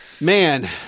man